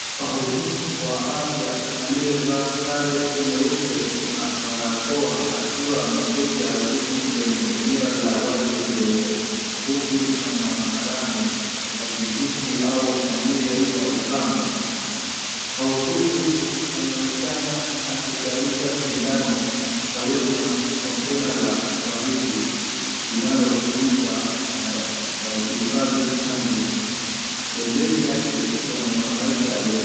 Wahudumu wa afya aliyevaa sare nyeupe na barakoa, akiwa ameketi ardhini kwenye eneo la wazi lenye vumbi na hadharani ya kijiji au maeneo ya ukame, wahudumu huyu ameonekana akitayarisha sindano karibu na container la baridi, linalotumika kuhifadhi chanjo , pembeni yake kuna mwanamke aliye.